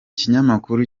kinyamakuru